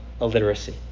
illiteracy